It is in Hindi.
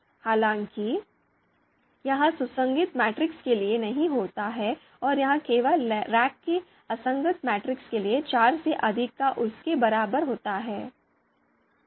हालाँकि यह सुसंगत मैट्रिक्स के लिए नहीं होता है और यह केवल रैंक के असंगत मैट्रिक्स के लिए चार से अधिक या उसके बराबर होता है